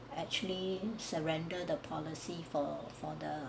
actually surrender the policy for for the~